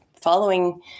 following